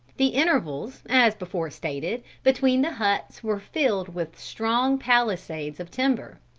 the intervals, as before stated, between the huts, were filled with strong palisades of timber,